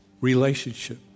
relationship